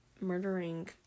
murdering